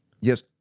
Yes